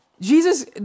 Jesus